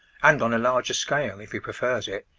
and on a larger scale if he prefers it,